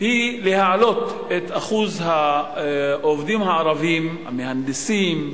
היא להעלות את אחוז העובדים הערבים, המהנדסים,